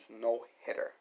no-hitter